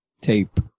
tape